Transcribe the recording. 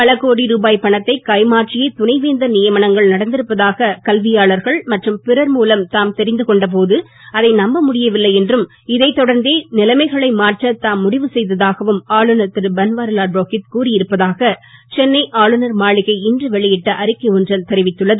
பலகோடி ருபாய் பணத்தை கைமாற்றியே துணை வேந்தர் நியமனங்கள் நடந்திருப்பதாக கல்வியாளர்கள் மற்றும் பிறர் மூலம் தாம் தெரிந்து கொண்ட போது அதை நம்பழுடியவில்லை என்றும் இதைத் தொடர்ந்தே நிலைமைகளை மாற்ற தாம் முடிவு செய்ததாகவும் ஆளுநர் திரு பன்வாரிலால் புரோகித் கூறியிருப்பதாக சென்னை ஆளுநர் மாளிகை இன்று வெளியிட்ட அறிக்கை ஒன்றில் தெரிவித்துள்ளது